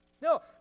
no